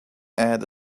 add